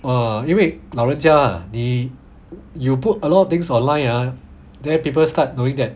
uh 因为老人家你 you put a lot of things online ah then people start knowing that